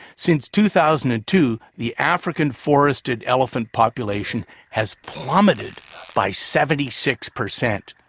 since two thousand and two, the african forested elephant population has plummeted by seventy six percent.